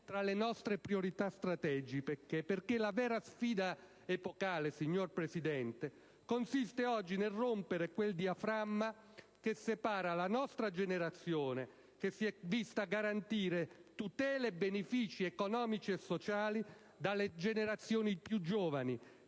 tra le priorità strategiche, perché la vera sfida epocale, signor Presidente, consiste oggi nel rompere quel diaframma che separa la nostra generazione, che si è vista garantire tutele e benefici economici e sociali, dalle generazioni più giovani,